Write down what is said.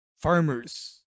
farmers